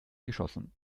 geschossen